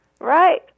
Right